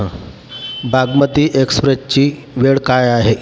हां बागमती एक्सप्रेसची वेळ काय आहे